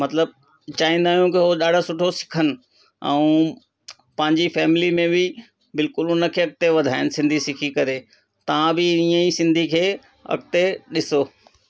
मतिलबु चाहींदा आहियूं कि उहो ॾाढो सुठो सिखनि ऐं पंहिंजी फैमिली में बि बिल्कुलु उन खे अॻिते वधाइनि सिंधी सिखी करे तव्हां बि ईअं ई सिंधी खे अॻिते ॾिसो